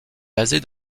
basée